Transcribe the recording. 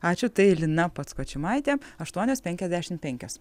ačiū tai lina patskočimaitė aštuonios penkiasdešimt penkios